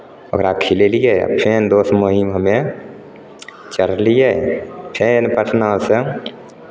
ओकरा खिलेलियै फेर दोस महिम हमे चललियै फेर पटनासँ